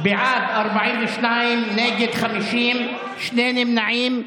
בעד, 42, נגד, 50, שני נמנעים.